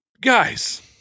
Guys